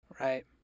Right